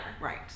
right